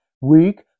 Weak